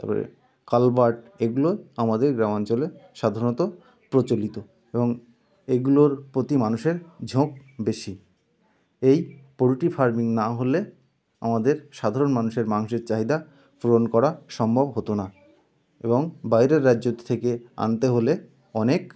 তারপরে কালবার্ড এগুলো আমাদের গ্রামাঞ্চলে সাধারণত প্রচলিত এবং এইগুলোর প্রতি মানুষের ঝোঁক বেশি এই পোলট্রি ফার্মিং না হলে আমাদের সাধারণ মানুষের মাংসের চাহিদা পূরণ করা সম্ভব হতো না এবং বাইরের রাজ্য থেকে আনতে হলে অনেক